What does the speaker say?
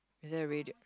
is there a radi~